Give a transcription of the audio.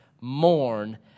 mourn